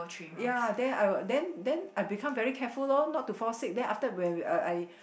ya then I will then then I become very careful loh not to fall sick then after that when I I